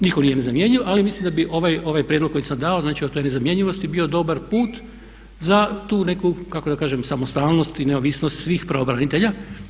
Nitko nije nezamjenjiv ali mislim da bi ovaj prijedlog koji sam dao znači o toj nezamjenjivosti bio dobar put za tu neku, kako da kažem samostalnost i neovisnost svih pravobranitelja.